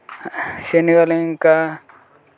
శనగలు ఇంకా